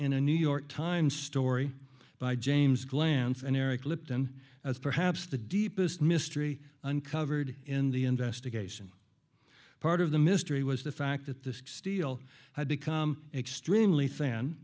a new york times story by james glanz and eric lipton as perhaps the deepest mystery uncovered in the investigation part of the mystery was the fact that the steel had become extremely